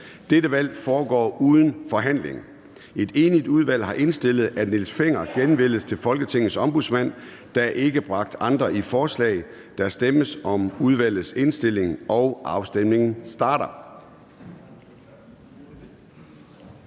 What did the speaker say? Dette valg foregår uden forhandling. Et enigt udvalg har indstillet, at Niels Fenger genvælges til Folketingets ombudsmand. Der er ikke bragt andre i forslag. Kl. 10:02 Afstemning Formanden (Søren